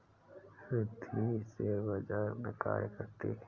Riddhi share बाजार में कार्य करती है